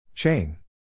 Chain